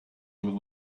will